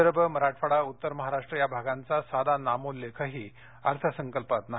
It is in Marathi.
विदर्भ मराठवाडा उत्तर महाराष्ट्र या भागांचा साधा नामोल्लेखही अर्थसंकल्पात नाही